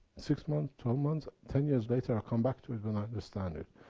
six months, twelve months, ten years later i come back to it, when i understand it.